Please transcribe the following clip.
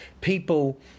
people